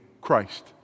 Christ